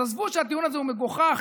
אז עזבו שהטיעון הזה הוא מגוחך,